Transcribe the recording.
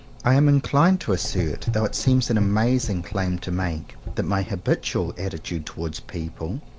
i am inclined to assert, though it seems an amazing claim to make, that my habitual attitude towards people,